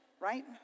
Right